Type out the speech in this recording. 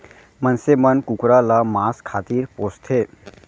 मनसे मन कुकरा ल मांस खातिर पोसथें